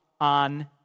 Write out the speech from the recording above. on